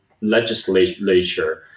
legislature